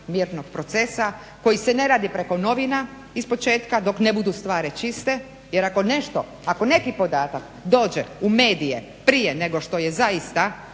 vjernog procesa koji se ne radi preko novina, ispočetka dok ne budu stvari čiste jer ako nešto, ako neki podatak dođe u medije prije nego što je zaista